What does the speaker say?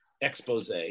expose